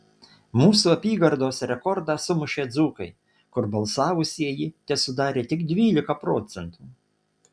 mūsų apygardos rekordą sumušė dzūkai kur balsavusieji tesudarė tik dvylika procentų